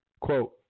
Quote